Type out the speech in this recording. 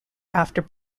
after